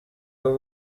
bwo